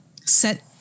set